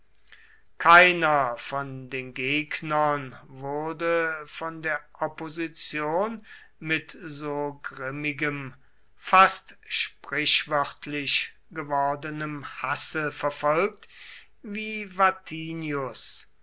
keiner von den gegnern wurde von der opposition mit so grimmigem fast sprichwörtlich gewordenem hasse verfolgt wie vatinius